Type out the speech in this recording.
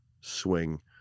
swing